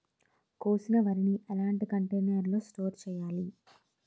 కోసిన వరిని ఎలాంటి కంటైనర్ లో స్టోర్ చెయ్యాలి?